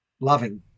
loving